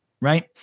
right